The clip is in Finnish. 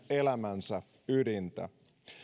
elämänsä ydintä